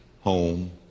home